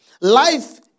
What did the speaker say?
life